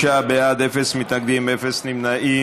96, בעד, אין מתנגדים, אין נמנעים.